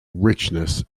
richness